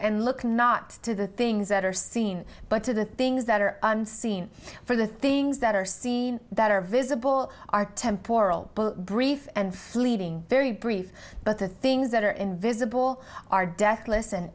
and look not to the things that are seen but to the things that are unseen for the things that are seen that are visible are temp oral brief and fleeting very brief but the things that are invisible are de